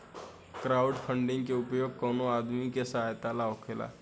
crowdfunding के उपयोग कवनो आदमी के सहायता ला होखेला